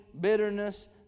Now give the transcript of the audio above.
bitterness